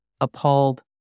appalled